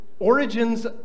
Origins